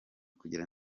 kugera